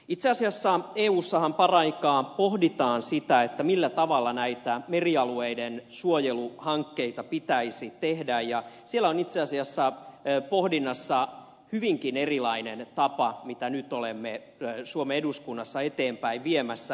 itse asiassa eussahan paraikaa pohditaan sitä millä tavalla näitä merialueiden suojeluhankkeita pitäisi tehdä ja siellä on itse asiassa pohdinnassa hyvinkin erilainen tapa kuin mitä nyt olemme suomen eduskunnassa eteenpäin viemässä